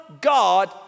God